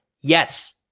Yes